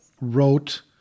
wrote